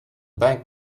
bank